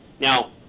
Now